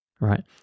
right